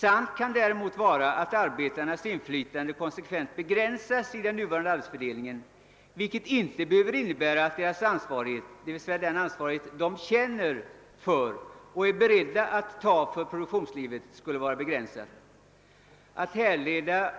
Det kan vara sant att arbetarnas inflytande konsekvent begränsas med den nuvarande arbetsfördelningen, men det behöver inte innebära att deras ansvarskänsla, d.v.s. den ansvarighet de känner för och är beredda att ta för produktionen, skulle vara begränsad. Att härleda